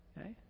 Okay